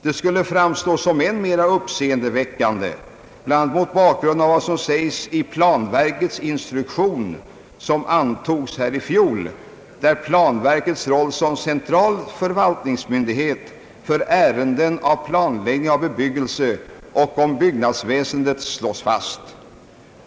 Det skulle framstå såsom än mera uppseendeväckande bl.a. mot bakgrunden av vad som sägs i planverkets instruktion, som antogs här i fjol och där planverkets roll som central förvaltningsmyndighet för ärenden rörande planläggning av bebyggelse och byggnadsväsendet slås fast.